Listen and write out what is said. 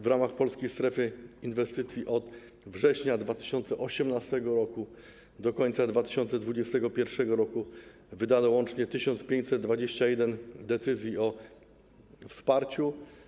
W ramach Polskiej Strefy Inwestycji od września 2018 r. do końca 2021 r. wydano łącznie 1521 decyzji o wsparciu.